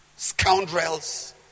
scoundrels